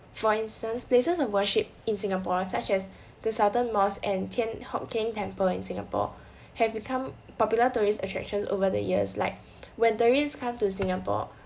for instance places of worship in singapore such as the sultan mosque and thian hock keng temple in singapore have become popular tourist attraction over the years like when tourist come to singapore